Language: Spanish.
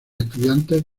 estudiantes